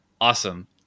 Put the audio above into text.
awesome